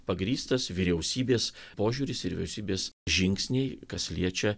pagrįstas vyriausybės požiūris ir vyriausybės žingsniai kas liečia